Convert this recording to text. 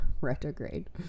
retrograde